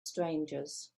strangers